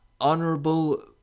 honorable